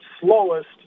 slowest